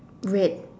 red